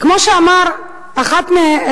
כמו שאמר חברי